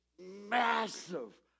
massive